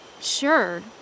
sure